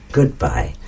goodbye